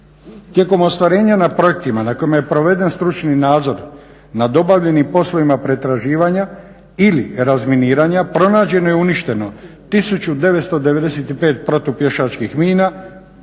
Tijekom ostvarenja na projektima na kojima je proveden stručni nadzor nad obavljenim poslovima pretraživanja ili razminiranja pronađeno je i uništeno 1995 protu pješačkih mina,